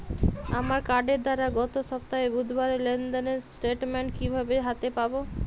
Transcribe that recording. আমার কার্ডের দ্বারা গত সপ্তাহের বুধবারের লেনদেনের স্টেটমেন্ট কীভাবে হাতে পাব?